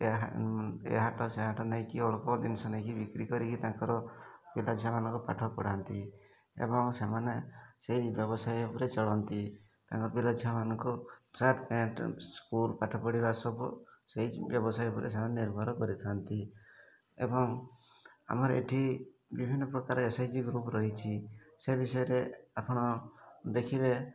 ଏହା ଏ ହାଟ ସେ ହାଟ ନେଇକରି ଅଳ୍ପ ଜିନିଷ ନେଇକରି ବିକ୍ରି କରିକି ତାଙ୍କର ପିଲା ଝିଅମାନଙ୍କ ପାଠ ପଢ଼ାନ୍ତି ଏବଂ ସେମାନେ ସେଇ ବ୍ୟବସାୟୀ ଉପରେ ଚଳନ୍ତି ତାଙ୍କ ପିଲା ଝିଅମାନଙ୍କୁ ସାର୍ଟ୍ ପ୍ୟାଣ୍ଟ୍ ସ୍କୁଲ୍ ପାଠ ପଢ଼ିବା ସବୁ ସେହି ବ୍ୟବସାୟ ଉପରେ ସେମାନେ ନିର୍ଭର କରିଥାନ୍ତି ଏବଂ ଆମର ଏଠି ବିଭିନ୍ନ ପ୍ରକାର ଏସ୍ ଏଚ୍ ଜି ଗ୍ରୁପ୍ ରହିଛି ସେ ବିଷୟରେ ଆପଣ ଦେଖିବେ